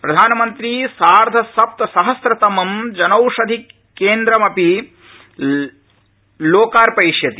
प्रधानमंत्री सार्थसप्तसहस्रतमं जनौषधिकेन्मपि लोकार्पयिष्यति